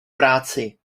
práci